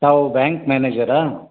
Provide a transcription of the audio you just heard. ತಾವು ಬ್ಯಾಂಕ್ ಮ್ಯಾನೇಜರಾ